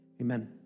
Amen